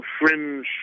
fringe